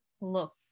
look